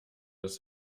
dass